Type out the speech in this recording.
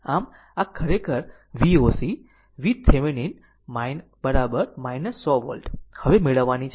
આમ આ ખરેખર Voc Thevenin 100 વોલ્ટ હવે મેળવવાની છે